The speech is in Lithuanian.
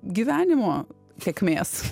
gyvenimo sėkmės